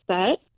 set